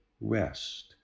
rest